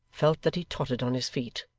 felt that he tottered on his feet.